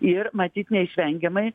ir matyt neišvengiamai